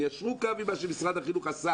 תיישרו קו עם מה שמשרד החינוך עשה,